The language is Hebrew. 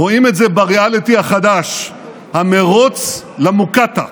רואים את זה בריאליטי החדש, "המרוץ למוקטעה".